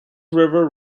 river